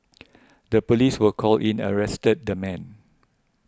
the police were called in and arrested the man